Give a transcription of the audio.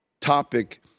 topic